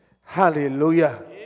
Hallelujah